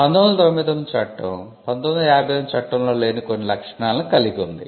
1999 చట్టం 1958 చట్టంలో లేని కొన్ని లక్షణాలను కలిగి ఉంది